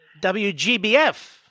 WGBF